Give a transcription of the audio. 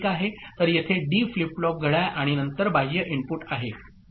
तर येथे D flip flop घड्याळ आणि नंतर बाह्य इनपुट आहे बरोबर